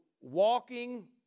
walking